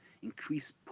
Increase